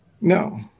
No